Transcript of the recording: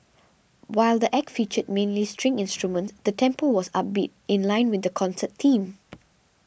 while the Act featured mainly string instruments the tempo was upbeat in line with the concert theme